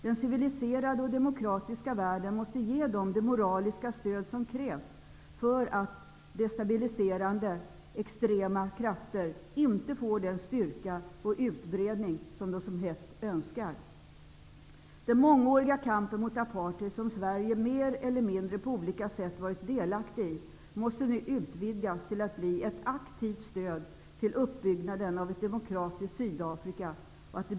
Den civiliserade och demokratiska världen måste ge dem det moraliska stöd som krävs för att destabiliserande extrema krafter inte skall få den styrka och utbredning de så hett önskar. Den mångåriga kampen mot apartheid som Sverige mer eller mindre varit delaktig i på olika sätt måste nu utvidgas till att bli ett aktivt stöd till uppbyggnaden av ett demokratiskt Sydafrika.